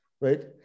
right